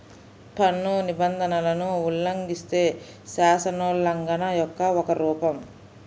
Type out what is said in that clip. పన్ను నిబంధనలను ఉల్లంఘిస్తే, శాసనోల్లంఘన యొక్క ఒక రూపం